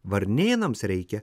varnėnams reikia